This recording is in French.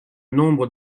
nombre